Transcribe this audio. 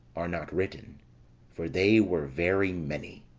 are not written for they were very many.